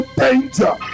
danger